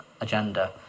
agenda